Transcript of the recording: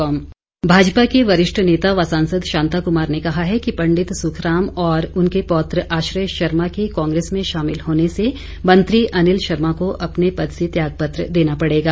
शांताकुमार भाजपा के वरिष्ठ नेता व सांसद शांता कुमार ने कहा है कि पंडित सुखराम और उनके पौत्र आश्रय शर्मा के कांग्रेस में शामिल होने से मंत्री अनिल शर्मा को अपने पद से त्यागपत्र देना पड़ेगा